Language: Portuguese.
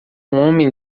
homem